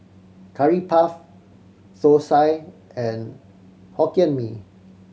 Curry Puff thosai and Hokkien Mee